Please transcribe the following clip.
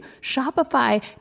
Shopify